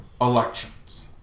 elections